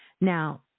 Now